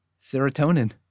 serotonin